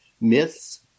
myths